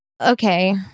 Okay